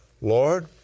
lord